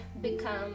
become